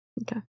Okay